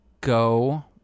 go